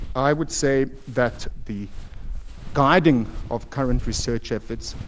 i would say that the guiding of current research efforts,